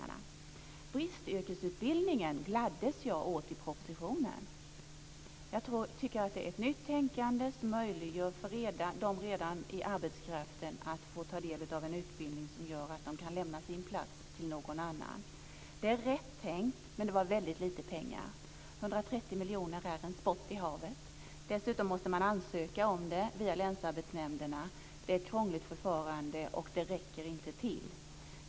Det här med bristyrkesutbildningen gladdes jag åt i propositionen. Jag tycker att det är ett nytt tänkande som möjliggör för dem som redan är i arbetskraften att få ta del av en utbildning som gör att de kan lämna sin plats till någon annan. Det är rätt tänkt, men det var väldigt lite pengar. 130 miljoner är en spott i havet. Dessutom måste man ansöka via länsarbetsnämnderna. Det är ett krångligt förfarande, och det räcker inte till.